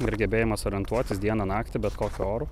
ir gebėjimas orientuotis dieną naktį bet kokiu oru